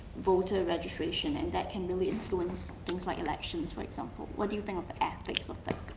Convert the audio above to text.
voter registration, and that can really influence things like elections, for example, what do you think of the ethics of that?